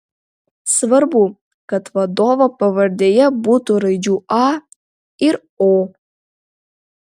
svarbu kad vadovo pavardėje būtų raidžių a ir o